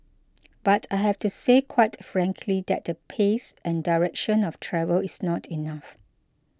but I have to say quite frankly that the pace and direction of travel is not enough